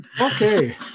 Okay